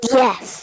yes